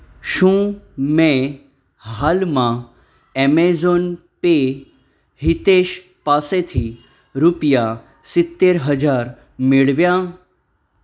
શું મેં હાલમાં એમેઝોન પે હિતેશ પાસેથી રૂપિયા સિત્તેર હજાર મેળવ્યા